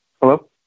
Hello